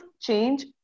change